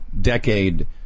decade